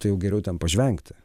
tai jau geriau ten pažvengti